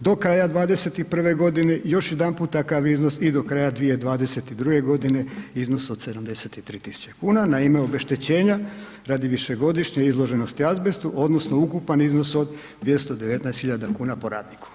do kraja 2021. g. još jedanput takav iznos i do kraja 2022. iznos od 73 tisuće kuna na ime obeštećenja radi višegodišnje izloženosti azbestu odnosno ukupan iznos od 219 tisuća kuna po radniku.